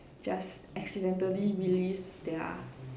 just accidentally release their